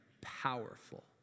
powerful